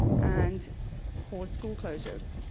and cause school closures,